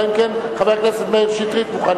אלא אם כן חבר הכנסת מאיר שטרית מוכן,